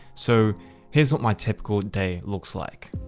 so here's what my typical day looks like.